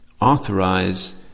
authorize